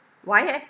why eh